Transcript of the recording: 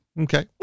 Okay